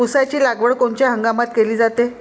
ऊसाची लागवड कोनच्या हंगामात केली जाते?